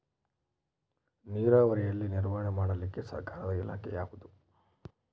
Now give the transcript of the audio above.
ನೇರಾವರಿಯಲ್ಲಿ ನಿರ್ವಹಣೆ ಮಾಡಲಿಕ್ಕೆ ಸರ್ಕಾರದ ಇಲಾಖೆ ಯಾವುದು?